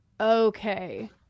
okay